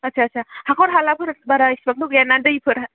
आस्सा आस्सा हाखर हालाफोर बारा इसेबांथ' गैया ना दैफोर